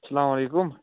اَسلامُ علیکُم